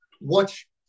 watch